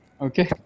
Okay